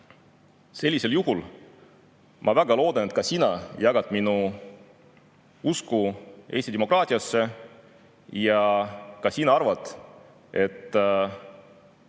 Sellisel juhul ma väga loodan, et ka sina jagad minu usku Eesti demokraatiasse ja ka sina arvad, et